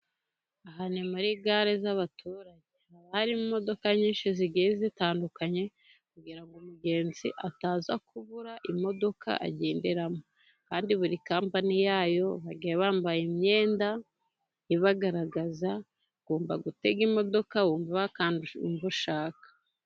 Aha ni muri gare z'abaturage hari imodoka nyinshi zigiye zitandukanye kugira ngo umugenzi ataza kubura imodoka agenderamo kandi buri kampani yayo bagiye bambaye imyenda ibagaragaza, ugomba gutega imodoka wumva ushaka.